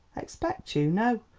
expect you? no.